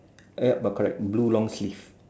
yup err correct blue long sleeve